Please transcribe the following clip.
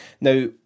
Now